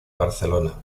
barcelona